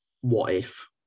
what-if